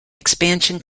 expansion